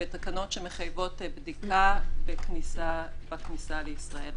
ותקנות שמחייבות בדיקה בכניסה לישראל.